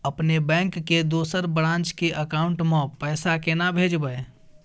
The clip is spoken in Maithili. अपने बैंक के दोसर ब्रांच के अकाउंट म पैसा केना भेजबै?